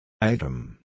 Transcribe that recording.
Item